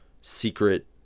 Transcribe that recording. Secret